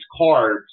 carbs